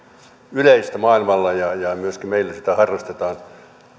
yleistä maailmalla ja ja myöskin meillä sitä harrastetaan